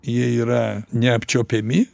jie yra neapčiuopiami